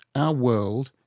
our world,